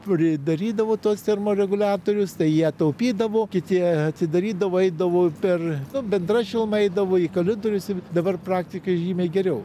kurie darydavo tuos termoreguliatorius tai jie taupydavo kiti atsidarydavo eidavo per bendra šiluma eidavo į koridorius ir dabar praktikai žymiai geriau